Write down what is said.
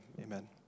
amen